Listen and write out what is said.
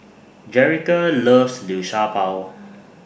Jerica loves Liu Sha Bao